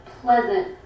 pleasant